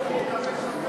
תתחיל לדבר.